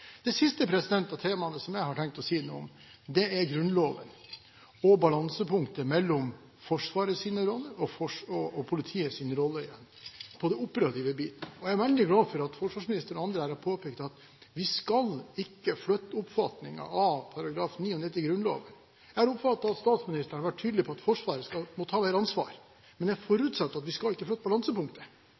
Det siste temaet som jeg har tenkt å si noe om, er Grunnloven og balansepunktet mellom Forsvarets roller og politiets roller når det gjelder den operative biten. Jeg er veldig glad for at forsvarsministeren og andre her har påpekt at vi skal ikke endre oppfatningen av § 99 i Grunnloven. Jeg oppfatter at statsministeren var tydelig på at Forsvaret må ta mer ansvar, men jeg forutsetter at vi ikke skal flytte balansepunktet.